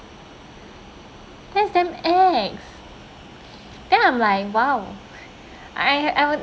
that's damn ex then I'm like !wow! I I would